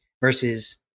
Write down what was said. versus